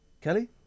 Kelly